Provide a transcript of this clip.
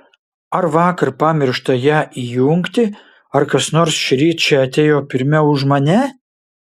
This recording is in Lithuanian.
ar vakar pamiršta ją įjungti ar kas nors šįryt čia atėjo pirmiau už mane